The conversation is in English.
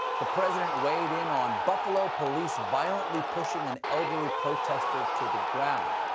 the president weighed in on buffalo police violently pushing an elderly protestor to the ground.